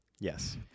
Yes